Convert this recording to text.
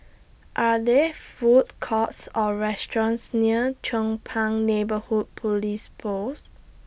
Are There Food Courts Or restaurants near Chong Pang Neighbourhood Police Post